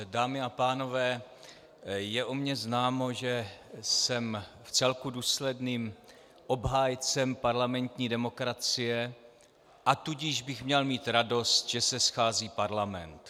Dámy a pánové, je o mně známo, že jsem vcelku důsledným obhájcem parlamentní demokracie, a tudíž bych měl mít radost, že se schází parlament.